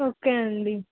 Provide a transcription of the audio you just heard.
okay అండి